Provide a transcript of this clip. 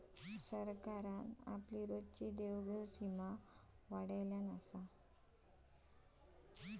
सरकारान आपली रोजची देवघेव सीमा वाढयल्यान हा